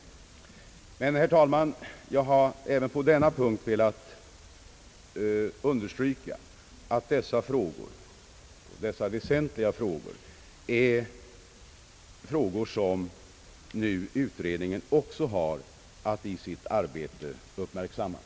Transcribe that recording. Herr talman! Jag har även på denna punkt velat understryka att utredningen i sitt arbete har att uppmärksamma också dessa frågor.